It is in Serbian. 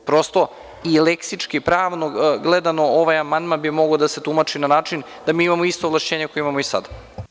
Prosto i leksički pravno gledano, ovaj amandman bi mogao da se tumači na način da mi imamo ista ovlašćenja koja imamo i sad.